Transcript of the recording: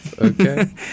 okay